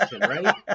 right